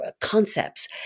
concepts